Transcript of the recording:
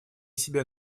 себя